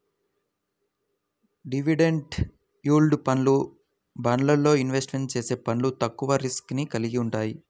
dividend yield ఫండ్లు, బాండ్లల్లో invest చేసే ఫండ్లు తక్కువ రిస్క్ ని కలిగి వుంటయ్యి